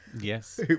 Yes